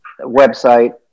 website